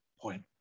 point